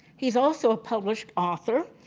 he's also a published author.